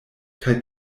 kaj